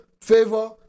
favor